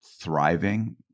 thriving